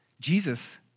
Jesus